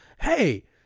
hey